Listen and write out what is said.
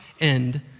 end